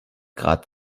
grad